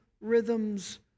rhythms